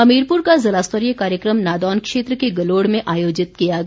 हमीरपुर का ज़िलास्तरीय कार्यक्रम नादौन क्षेत्र के गलोड़ में आयोजित किया गया